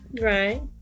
Right